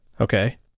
Okay